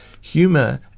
humor